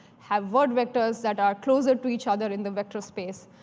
have word vectors that are closer to each other in the vector space.